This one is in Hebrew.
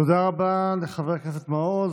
תודה רבה לחבר הכנסת מעוז.